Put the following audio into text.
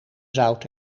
zout